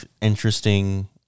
interesting